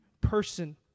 person